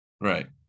right